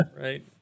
right